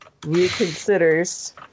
reconsiders